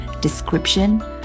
description